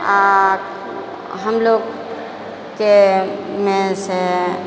आओर हम लोगके मे सँ